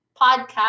podcast